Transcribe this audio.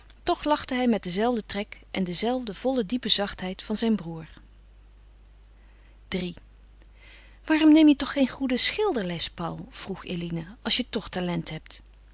toch lachte hij met den zelfden trek en de zelfde volle diepe zachtheid van zijn broêr iii waarom neem je toch geen goede schilderles paul vroeg eline als je toch talent hebt